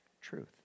truth